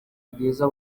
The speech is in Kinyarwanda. bwiza